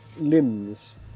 limbs